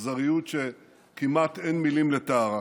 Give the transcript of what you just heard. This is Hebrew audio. אכזריות שכמעט אין מילים לתארה.